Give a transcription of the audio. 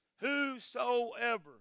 Whosoever